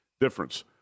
difference